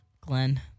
Glenn